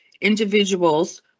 individuals